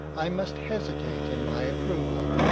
i must hesitate in my approval.